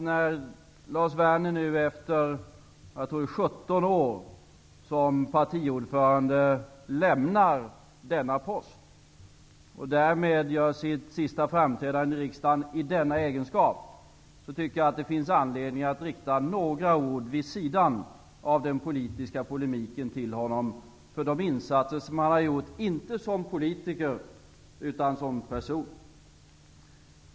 När Lars Werner nu efter 17 år, tror jag det är, som partiordförande lämnar denna post och därmed gör sitt sista framträdande i riksdagen i denna egenskap, finns det anledning att rikta några ord vid sidan av den politiska polemiken till honom för de insatser som han har gjort, inte som politiker, utan som person.